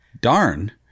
darn